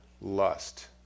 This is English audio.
lust